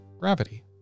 gravity